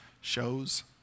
shows